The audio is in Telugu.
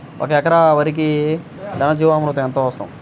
ఒక ఎకరా వరికి ఘన జీవామృతం ఎంత అవసరం?